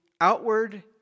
outward